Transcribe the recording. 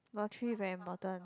lottery very important